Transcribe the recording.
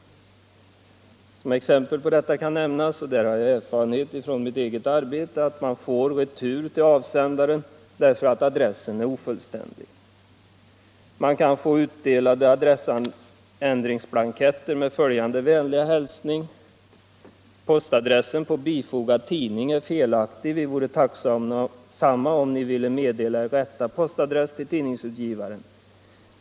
Som exempel på detta kan nämnas — och där har jag erfarenhet från mitt eget arbete — att post returneras till avsändaren därför att adressen är ofullständig eller att adressändringsblanketter med följande vänliga hälsning utdelas: ”Postadressen på bifogade tidning är felaktig. Vi vore tacksamma, om Ni vill meddela Er rätta postadress till tidningsutgivaren.